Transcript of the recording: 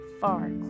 far